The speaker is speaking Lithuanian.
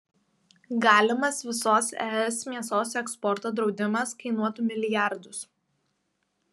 galimas visos es mėsos eksporto draudimas kainuotų milijardus